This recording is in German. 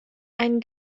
ein